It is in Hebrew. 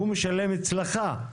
הוא משלם אצלך.